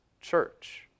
church